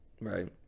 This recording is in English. right